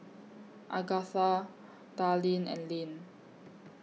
Agatha Darleen and Lane